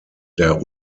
der